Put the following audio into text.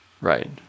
Right